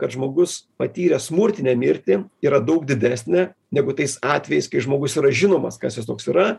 kad žmogus patyręs smurtinę mirtį yra daug didesnė negu tais atvejais kai žmogus yra žinomas kas jis toks yra